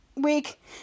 week